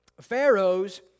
Pharaoh's